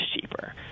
cheaper